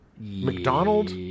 McDonald